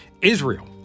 Israel